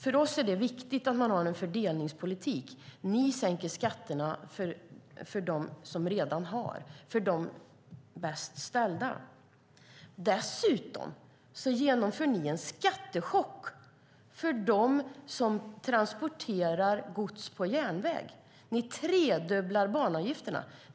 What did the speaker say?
För oss är det viktigt att ha en fördelningspolitik. Ni sänker skatterna för dem som redan har, för de bäst ställda. Dessutom genomför ni en skattechock för dem som transporterar gods på järnväg. Ni tredubblar banavgifterna.